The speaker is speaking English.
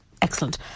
Excellent